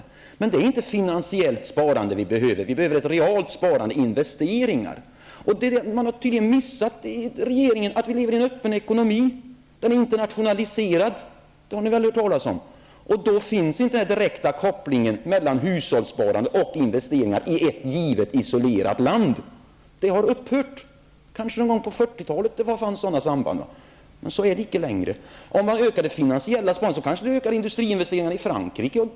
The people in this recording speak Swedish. Men det är inte ett finansiellt sparande som vi behöver. Vi behöver ett realt sparande, dvs. investeringar. Regeringen har tydligen missat att vi lever i en öppen ekonomi. Den är internationaliserad, det har ni väl hört talas om? Och då finns inte den direkta kopplingen mellan hushållssparande och investeringar i ett givet isolerat land. Det har upphört. På 40-talet kanske det fanns sådana samband, men så är det inte längre. Om man ökar det finansiella sparandet kanske det ökar industriinvesteringarna i Frankrike.